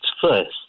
first